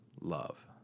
love